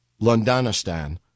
londonistan